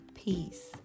peace